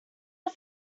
are